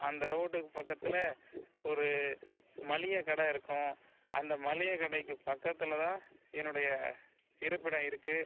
அந்த ரோட்டுக்கு பக்கத்தில் ஒரு மளிகை கடை இருக்கும் அந்த மளிகை கடைக்கு பக்கத்தில் தான் என்னுடைய இருப்பிடம் இருக்கு